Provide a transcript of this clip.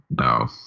no